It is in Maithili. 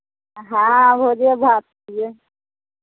हँ भोजे भात छियै